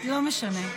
לא משנה.